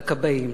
הכבאים.